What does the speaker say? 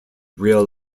real